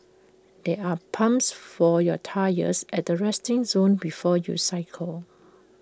there are pumps for your tyres at the resting zone before you cycle